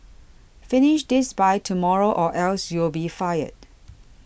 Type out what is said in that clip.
finish this by tomorrow or else you'll be fired